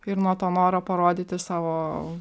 ir nuo to noro parodyti savo